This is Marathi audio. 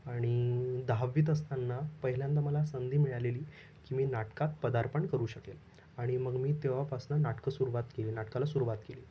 आणि दहावीत असताना पहिल्यांदा मला संधी मिळालेली की मी नाटकात पदार्पण करू शकेल आणि मग मी तेव्हापासनं नाटकं सुरवात के नाटकाला सुरवात केली